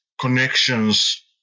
connections